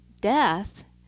death